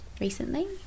recently